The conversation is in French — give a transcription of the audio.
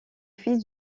fils